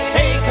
Hey